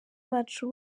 bacu